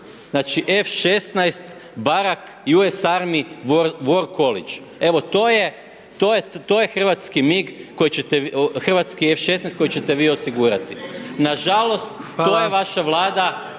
znači F 16 Barak US Army War College. Evo to je hrvatski F-16 kojeg ćete vi osigurati. Nažalost, to je vaša Vlada,